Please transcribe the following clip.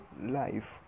life